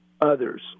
others